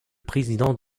président